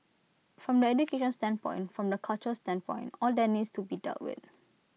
from the education standpoint from the culture standpoint all that needs to be dealt with